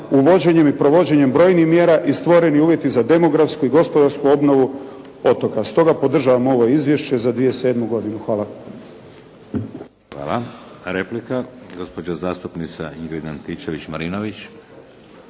uvođenjem i provođenjem brojnih mjera i stvoreni uvjeti za demografsku i gospodarsku obnovu otoka. Stoga podržavam ovo izvješće za 2007. godinu. Hvala. **Šeks, Vladimir (HDZ)** Replika, gospođa zastupnica Ingrid Antičević-Marinović.